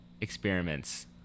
experiments